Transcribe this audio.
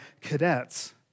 cadets